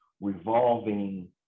revolving